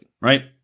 right